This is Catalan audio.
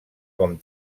com